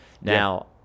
Now